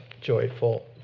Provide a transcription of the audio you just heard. joyful